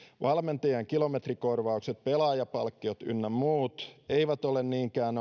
valmentajien kilometrikorvaukset pelaajapalkkiot ynnä muut eivät ole niinkään